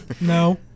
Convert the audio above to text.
No